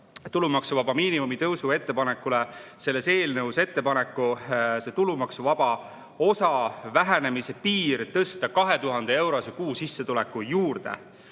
tulumaksuvaba miinimumi tõstmise ettepanekule selles eelnõus ettepaneku tõsta ka see tulumaksuvaba osa vähenemise piir 2000‑eurose kuusissetuleku juurde